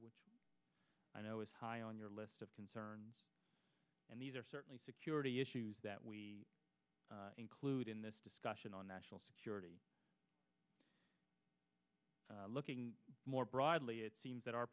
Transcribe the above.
which i know is high on your list of concerns and these are certainly security issues that we include in this discussion on national security looking more broadly it seems that our